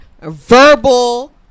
verbal